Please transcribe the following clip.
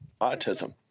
autism